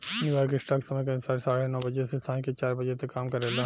New York stock समय के अनुसार साढ़े नौ बजे से सांझ के चार बजे तक काम करेला